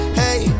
hey